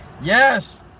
Yes